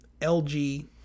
LG